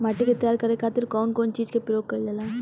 माटी के तैयार करे खातिर कउन कउन चीज के प्रयोग कइल जाला?